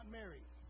married